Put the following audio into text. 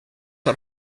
are